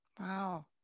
Wow